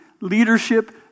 leadership